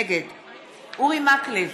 נגד אורי מקלב,